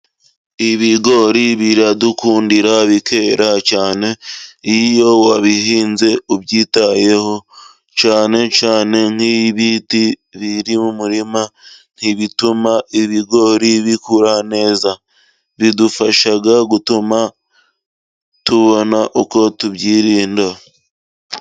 Ibigori biradukundira bikera cyane iyo wabihinze ubyitayeho, cyane cyane nk'ibiti biri mu muririma ntibituma ibigori bikura neza, bidufasha gutuma tubona uko tubyirinda.